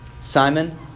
Simon